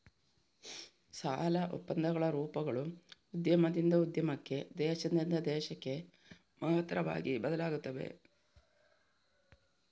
ಸಾಲ ಒಪ್ಪಂದಗಳ ರೂಪಗಳು ಉದ್ಯಮದಿಂದ ಉದ್ಯಮಕ್ಕೆ, ದೇಶದಿಂದ ದೇಶಕ್ಕೆ ಮಹತ್ತರವಾಗಿ ಬದಲಾಗುತ್ತವೆ